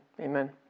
amen